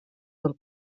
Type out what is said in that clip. del